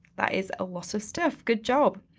that is a lot of stuff, good job.